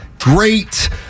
great